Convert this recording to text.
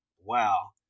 Wow